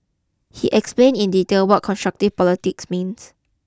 he explained in detail what constructive politics means